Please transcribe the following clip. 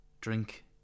Drink